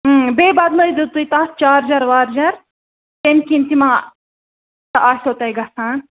بیٚیہِ بَدلٲوِزیٚو تُہۍ تَتھ چارجَر وارجَر تَمہِ کِنۍ تِہ ما آسٮ۪و تۄہہِ گَژھان